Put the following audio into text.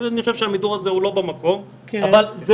אני חושב שהמידור הזה לא במקום.